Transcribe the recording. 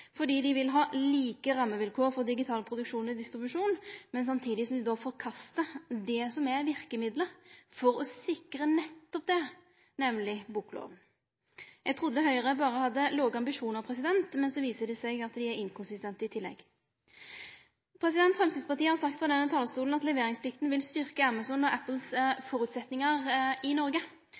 fordi dei vil ha like rammevilkår for digital produksjon og distribusjon, samtidig som dei forkastar det som er verkemiddelet for å sikre nettopp det, nemleg bokloven. Eg trudde Høgre berre hadde låge ambisjonar, men så viser det seg at dei er inkonsistente i tillegg. Framstegspartiet har sagt frå denne talarstolen at leveringsplikta vil styrkje Amazon og Apple sine føresetnader i Noreg.